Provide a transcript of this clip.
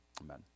Amen